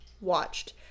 watched